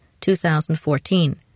2014